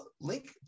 link